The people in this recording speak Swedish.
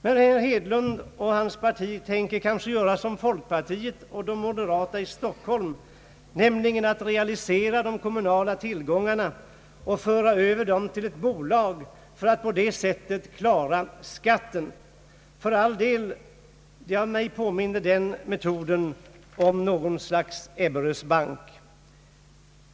Men herr Hedlund och hans parti tänker kanske göra som folkpartiet och det moderata samlingspartiet i Stockholm, nämligen realisera de kommunala tillgångarna och föra över dem till ett bolag för att på det sättet klara skatten. För all del, men den metoden påminner mig om något slag av Ebberöds bank.